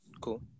Cool